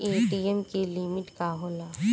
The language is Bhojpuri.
ए.टी.एम की लिमिट का होला?